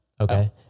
Okay